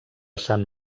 sant